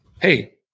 Hey